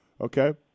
Okay